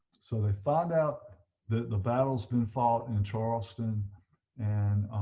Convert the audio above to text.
so they find out that the battle's been fought in charleston and